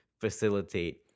facilitate